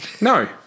No